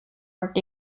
worked